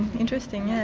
interesting, yes.